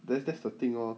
that's that's the thing lor